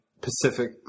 Pacific